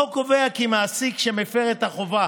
החוק קובע כי מעסיק שמפר את החובה